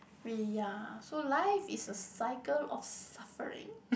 we ya so life is a cycle of suffering